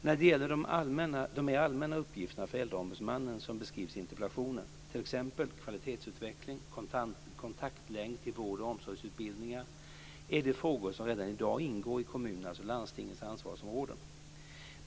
När det gäller de mer allmänna uppgifter för Äldreombudsmannen som beskrivs i interpellationen, t.ex. kvalitetsutveckling och kontaktlänk till vårdoch omsorgsutbildningar, är det frågor som redan i dag ingår i kommunernas och landstingens ansvarsområden.